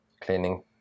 cleaning